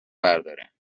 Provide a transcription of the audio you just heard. برداره